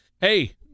Hey